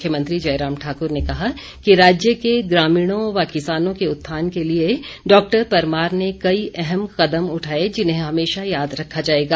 मुख्यमंत्री जयराम ठाक्र ने कहा कि राज्य के ग्रामीणों व किसानों के उत्थान के लिए डॉक्टर परमार ने कई अहम कदम उठाए जिन्हें हमेशा याद रखा जाएगा